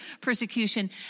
persecution